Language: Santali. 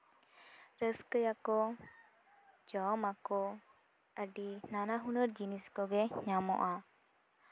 ᱨᱟᱹᱥᱠᱟᱹ ᱭᱟᱠᱚ ᱡᱚᱢ ᱟᱠᱚ ᱟᱹᱰᱤ ᱱᱟᱱᱟᱦᱩᱱᱟᱹᱨ ᱡᱤᱱᱤᱥ ᱠᱚᱜᱮ ᱧᱟᱢᱚᱜᱼᱟ